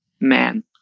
man